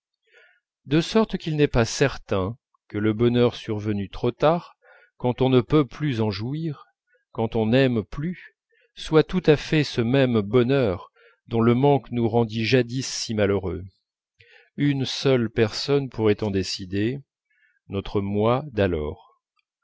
de sorte qu'il n'est pas certain que le bonheur survenu trop tard quand on ne peut plus en jouir quand on n'aime plus soit tout à fait ce même bonheur dont le manque nous rendit jadis si malheureux une seule personne pourrait en décider notre moi d'alors